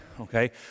Okay